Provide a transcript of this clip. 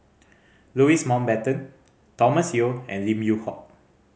Louis Mountbatten Thomas Yeo and Lim Yew Hock